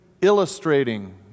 illustrating